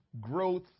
growth